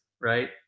right